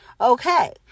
okay